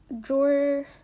drawer